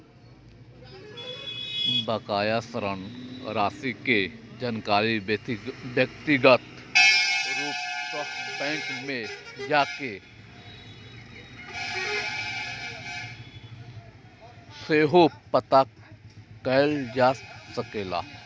बकाया ऋण राशि के जानकारी व्यक्तिगत रूप सं बैंक मे जाके सेहो पता कैल जा सकैए